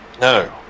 No